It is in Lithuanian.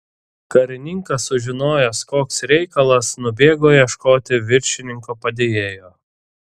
karininkas sužinojęs koks reikalas nubėgo ieškoti viršininko padėjėjo